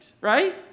right